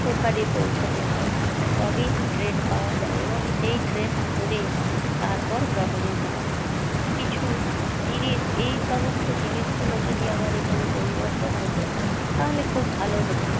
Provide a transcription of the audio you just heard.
ওখানে পৌঁছাতে হয় তবে ট্রেন পাওয়া যায় এবং সেই ট্রেন ধরে তারপর ভ্রমণে যাওয়া যায় কিছু জিনিস এই সমস্ত জিনিসগুলো যদি আমার এখানে পরিবর্তন হতো তাহলে খুব ভালো হতো